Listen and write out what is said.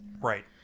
Right